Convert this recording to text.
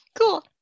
Cool